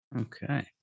okay